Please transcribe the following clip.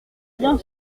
bien